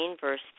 verse